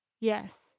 Yes